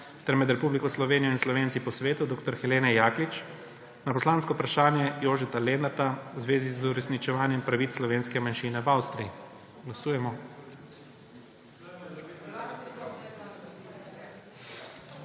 ter med Republiko Slovenijo in Slovenci po svetu dr. Helene Jaklič na poslansko vprašanje Jožeta Lenarta v zvezi z uresničevanjem pravic slovenske manjšine v Avstriji. Glasujemo.